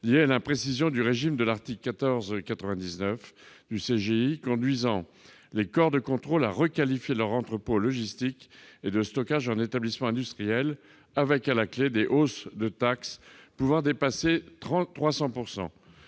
liées à l'imprécision du régime de l'article 1499 du code général des impôts, conduisant les corps de contrôle à requalifier leurs entrepôts logistiques et de stockage en établissements industriels, avec, à la clé, des hausses de taxes pouvant dépasser les